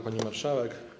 Pani Marszałek!